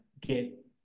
get